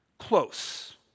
Close